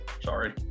Sorry